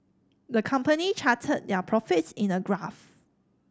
the company charted their profits in a graph